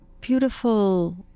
beautiful